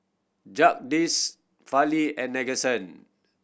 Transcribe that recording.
Jagadish Fali and Nadesan